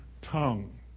tongue